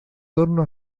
torno